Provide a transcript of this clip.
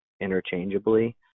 interchangeably